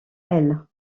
aile